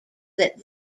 that